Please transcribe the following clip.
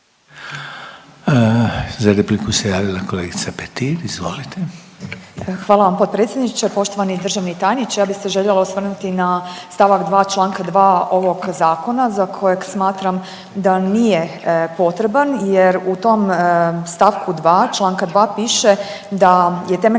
Za repliku se javila kolegica Petir, izvolite. **Petir, Marijana (Nezavisni)** Hvala vam potpredsjedniče. Poštovani državni tajniče, ja bih se željela osvrnuti na st. 2. čl. 2. ovog zakona za kojeg smatram da nije potreban jer u tom st. 2. čl. 2. piše da je temeljno